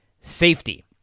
safety